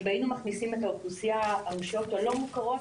אם היינו מכניסים את הרשויות הלא מוכרות,